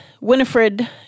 Winifred